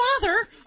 father